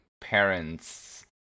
parents